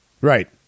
Right